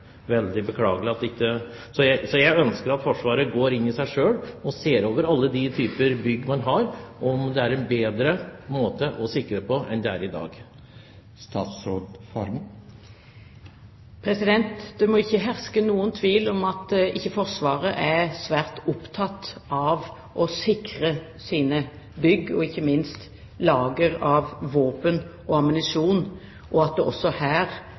Forsvaret går i seg selv og ser over alle de typer bygg man har, og om det finnes en bedre måte å sikre dette på enn det man gjør i dag. Det må ikke herske noen tvil om at Forsvaret er svært opptatt av å sikre sine bygg, ikke minst lager av våpen og ammunisjon, og at det også her